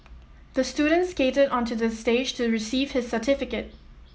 the student skated onto the stage to receive his certificate